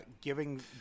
giving